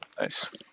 Nice